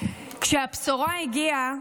כאשר הבשורה הגיעה